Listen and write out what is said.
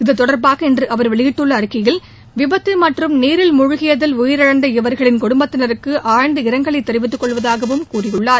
இது தொடர்பாக இன்று அவர் வெளியிட்டுள்ள அறிக்கையில் விபத்து மற்றும் நீரில் மூழ்கியதில் உயிரிழந்த இவர்களின் குடும்பத்தினருக்கு ஆழ்ந்த இரங்கலை தெரிவித்துக் கொள்வதாகவும் கூறியுள்ளார்